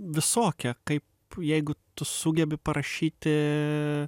visokia kaip jeigu tu sugebi parašyti